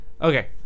Okay